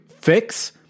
fix